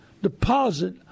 deposit